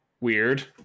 weird